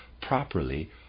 properly